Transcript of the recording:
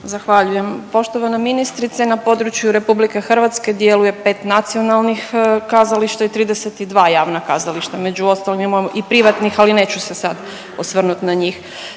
Zahvaljujem. Poštovana ministrice na području RH djeluje 5 nacionalnih kazališta i 32 javna kazališta, među ostalim imamo i privatnih ali neću se sad osvrnuti na njih.